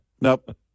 Nope